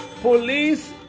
police